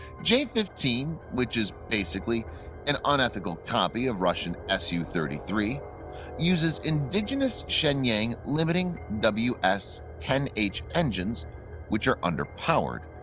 j fifteen which is basically an unethical copy of russian su thirty three uses indigenous shenyang liming ws ten h engines which are underpowered.